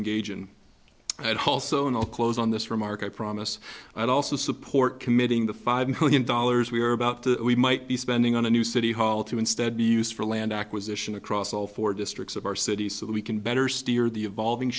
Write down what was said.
engage in that hall so in a close on this remark i promise i'd also support committing the five million dollars we are about to we might be spending on a new city hall to instead be used for land acquisition across all four districts of our cities so that we can better steer the evolving